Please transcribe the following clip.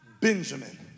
benjamin